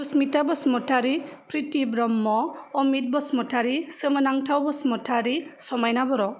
थुसमिथा बसुमतारि प्रिथि ब्रह्म अमिथ बसुमतारि सोमोनांथाव बसुमतारि समायना बर'